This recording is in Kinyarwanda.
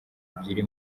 ebyiri